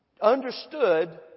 understood